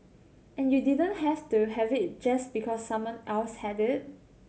and you didn't have to have it just because someone else had it